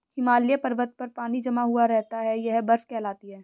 हिमालय पर्वत पर पानी जमा हुआ रहता है यह बर्फ कहलाती है